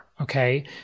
okay